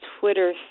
Twitter